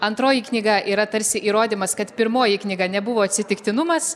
antroji knyga yra tarsi įrodymas kad pirmoji knyga nebuvo atsitiktinumas